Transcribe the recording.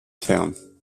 town